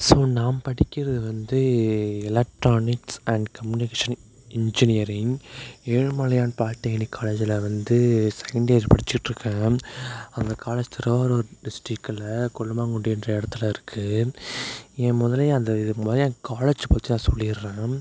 so நான் படிக்கிறது வந்து electronics and communication engineering Ezhumalaiyan polytechnic காலேஜில் வந்து செகண்ட் இயர் படித்துட்டு இருக்கேன் அந்தக் காலேஜ் திருவாரூர் டிஸ்ட்ரிக்கில் கொல்லுமாங்குடின்ற இடத்துல இருக்குது என் முதலியே அந்த முதல் காலேஜ் பற்றி நான் சொல்லிடுறேன்